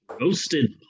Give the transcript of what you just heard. Roasted